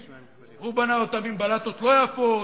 הוא בנה אותם עם בלטות לא יפות,